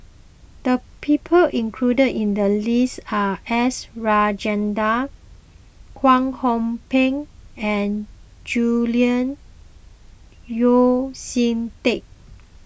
the people included in the list are S Rajendran Kwek Hong Png and Julian Yeo See Teck